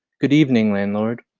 good evening, landlord.